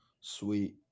Sweet